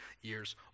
years